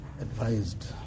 advised